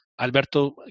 Alberto